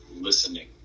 listening